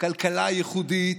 כלכלה ייחודית,